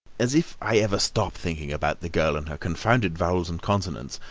as if i ever stop thinking about the girl and her confounded vowels and consonants.